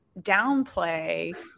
downplay